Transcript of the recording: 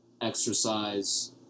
exercise